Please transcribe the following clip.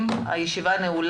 איפה ההתנגדות שלכם